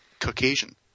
Caucasian